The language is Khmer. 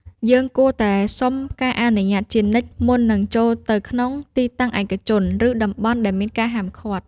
យើងគួរតែសុំការអនុញ្ញាតជានិច្ចមុននឹងចូលទៅក្នុងទីតាំងឯកជន ឬតំបន់ដែលមានការហាមឃាត់។